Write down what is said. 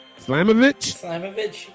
Slamovich